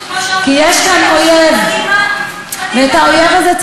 כי המציאות פשוט מדהימה, מדהימה.